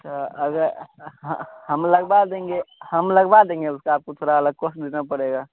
तो अगर हाँ हम लगवा देंगे हम लगवा देंगे उसका आपको अलग कॉस्ट देना पड़ेगा